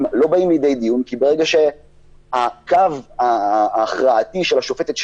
לא באות לידי ביטוי בגלל הקו ההכרעתי של השופטת,